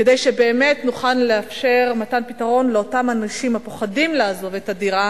כדי שבאמת נוכל לאפשר מתן פתרון לאותם אנשים הפוחדים לעזוב את הדירה,